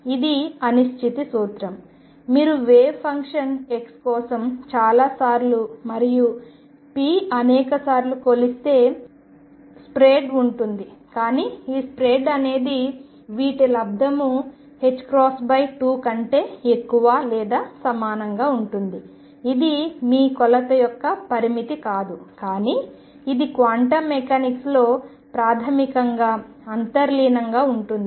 ఇది అనిశ్చితి సూత్రం మీరు వేవ్ ఫంక్షన్ x కోసం చాలా సార్లు మరియు p అనేక సార్లు కొలిస్తే స్ప్రెడ్ ఉంటుంది కానీ ఈ స్ప్రెడ్ అనేది వీటి లబ్దము 2 కంటే ఎక్కువ లేదా సమానంగా ఉంటుంది ఇది మీ కొలత యొక్క పరిమితి కాదు కానీ ఇది క్వాంటం మెకానిక్స్లో ప్రాథమికంగా అంతర్లీనంగా ఉంటుంది